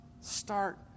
Start